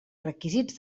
requisits